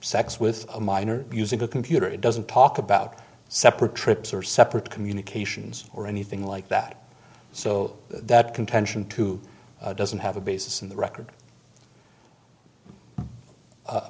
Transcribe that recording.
sex with a minor using a computer it doesn't talk about separate trips or separate communications or anything like that so that contention too doesn't have a basis in the record